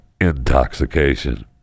intoxication